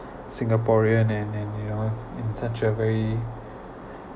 singaporean and and you know in such a very